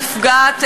הנפגעת,